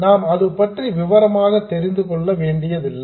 நாம் அது பற்றி விவரமாகதெரிந்துகொள்ள வேண்டியது இல்லை